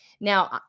Now